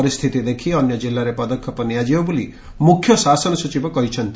ପରିସ୍ଥିତି ଦେଖ୍ ଅନ୍ୟ ଜିଲ୍ଲାରେ ପଦକ୍ଷେପ ନିଆଯିବ ବୋଲି ମୁଖ୍ୟ ଶାସନ ସଚିବ କହିଛନ୍ତି